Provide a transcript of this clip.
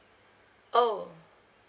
oh